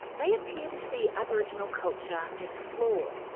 they appear to see aboriginal culture as flawed.